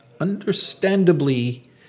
understandably